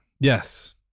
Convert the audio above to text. Yes